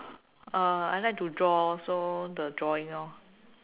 uh I like to draw so the drawing lor